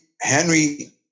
Henry